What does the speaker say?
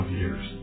years